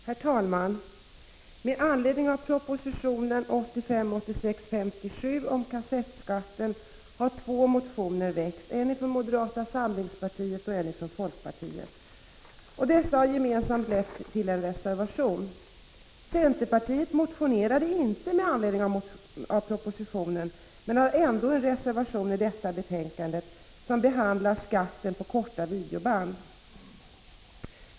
Herr talman! Med anledning av proposition 1985/86:57 om kassettskatten har två motioner väckts, en från moderata samlingspartiet och en från folkpartiet. Dessa har lett till en gemensam reservation. Centerpartiet motionerade inte med anledning av propositionen, men har ändå en reservation i detta betänkande. Reservationen behandlar skatten på korta videoband.